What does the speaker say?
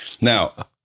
now